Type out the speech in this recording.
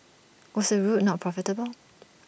was the route not profitable